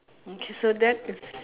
mm K so that is